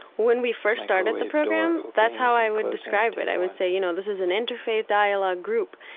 when we first started the program, that's how i would describe it. i would say, you know, this is an interfaith dialog group,